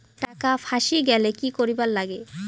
টাকা ফাঁসি গেলে কি করিবার লাগে?